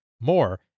More